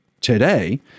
today